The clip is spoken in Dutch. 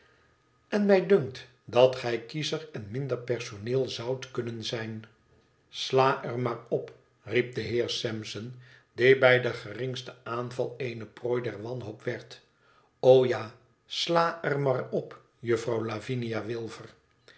en mij dunkt dat gij kiescher en minder personeel zoudt kunnen zijn sla er maar op i riep de heer sampson die bij den geringsten aanval eene prooi der wanhoop werd ja sla er maar op juffrouw lavinia